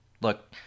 Look